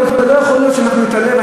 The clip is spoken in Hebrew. אבל לא יכול להיות שאנחנו נתעלם.